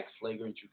flagrant